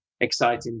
exciting